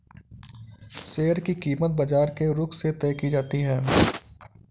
share की कीमत बाजार के रुख से तय की जाती है